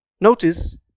notice